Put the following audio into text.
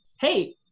hey